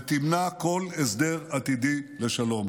ותמנע כל הסדר עתידי לשלום.